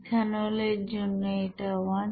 ইথানলের জন্য এটা 1